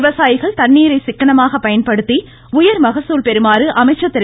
விவசாயிகள் தண்ணீரை சிக்கனமாக பயன்படுத்தி உயர் மகசூல் பெறுமாறு அமைச்சர் திரு